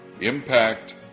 impact